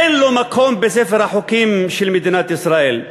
אין לו מקום בספר החוקים של מדינת ישראל,